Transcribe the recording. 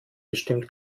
bestimmt